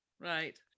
right